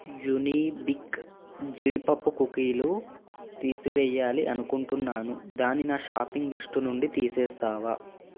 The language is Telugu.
యునీబిక్ జీడిపప్పు కుకీలు తీసి వెయ్యాలి అనుకుంటున్నాను దాన్ని నా షాపింగ్ లిస్టు నుండి తీసేస్తావా